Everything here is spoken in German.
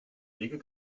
regel